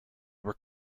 were